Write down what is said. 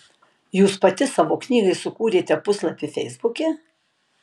jūs pati savo knygai sukūrėte puslapį feisbuke